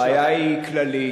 הבעיה היא כללית,